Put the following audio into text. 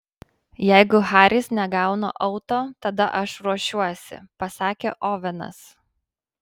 jeigu haris negauna auto tada aš ruošiuosi pasakė ovenas